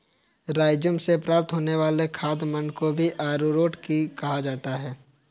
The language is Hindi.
राइज़ोम से प्राप्त होने वाले खाद्य मंड को भी अरारोट ही कहा जाता है